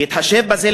להתחשב בזה,